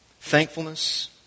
thankfulness